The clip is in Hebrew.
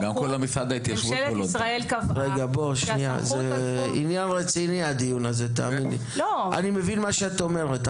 ממשלת ישראל קבעה שהסמכות בתחום --- אני מבין את מה שאת אומרת,